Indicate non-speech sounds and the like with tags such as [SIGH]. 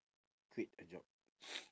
quit a job [NOISE]